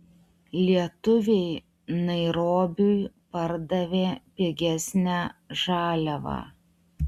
lietuviai nairobiui pardavė pigesnę žaliavą